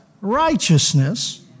righteousness